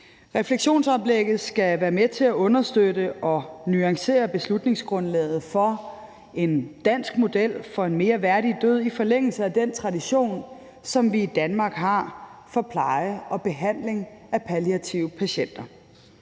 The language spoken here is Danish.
Refleksionsoplægget skal være med til at understøtte og nuancere beslutningsgrundlaget for en dansk model for en mere værdig død i forlængelse af den tradition, som vi i Danmark har, for pleje og behandling af palliative patienter.